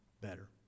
better